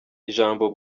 ijambo